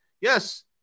yes